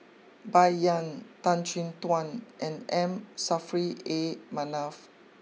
Bai Yan Tan Chin Tuan and M Saffri A Manaf